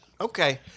Okay